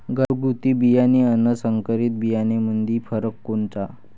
घरगुती बियाणे अन संकरीत बियाणामंदी फरक कोनचा?